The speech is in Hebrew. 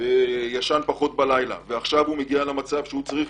וישן פחות בלילה ועכשיו הוא מגיע למצב שהוא צריך